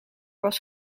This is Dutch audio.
was